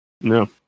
no